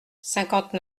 cinquante